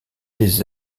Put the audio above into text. les